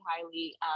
highly